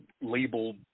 labeled